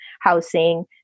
housing